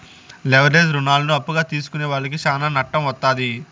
leverage రుణాలను అప్పుగా తీసుకునే వాళ్లకి శ్యానా నట్టం వత్తాది